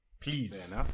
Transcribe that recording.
Please